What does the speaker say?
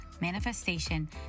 manifestation